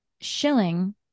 shilling